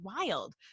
wild